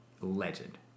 Legend